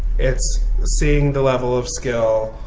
it's seeing the level of skill,